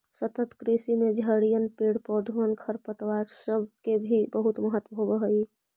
सतत कृषि में झड़िअन, पेड़ पौधबन, खरपतवार सब के भी बहुत महत्व होब हई